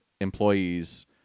employees